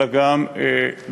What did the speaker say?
אלא גם למבוגרים,